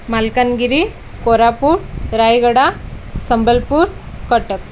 Malkangiri Koraput Rayagada Sambalpur Cuttack